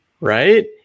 Right